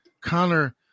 Connor